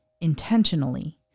intentionally